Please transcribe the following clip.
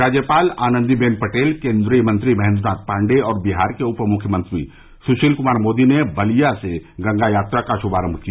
राज्यपाल आनन्दी बेन पटेल केन्द्रीय मंत्री महेन्द्र नाथ पांडेय और बिहार के उपमुख्यमंत्री सुशील मोदी ने बलिया से गंगा यात्रा का श्भारम्भ किया